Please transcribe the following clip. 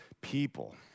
people